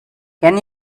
can